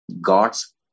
God's